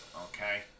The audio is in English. Okay